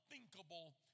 unthinkable